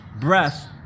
breath